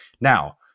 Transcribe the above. now